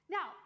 Now